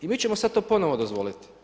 I mi ćemo sad to ponovno dozvoliti.